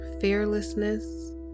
fearlessness